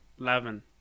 Eleven